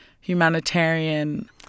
humanitarian